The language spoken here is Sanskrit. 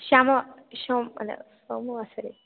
श्याम शोम् अल्ल सोमवासरे